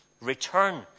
return